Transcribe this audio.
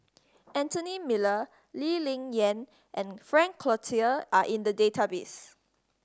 Anthony Miller Lee Ling Yen and Frank Cloutier are in the database